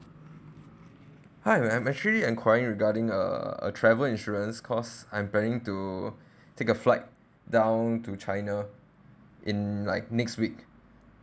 hi I'm actually enquiring regarding uh a travel insurance cause I'm planning to take a flight down to china in like next week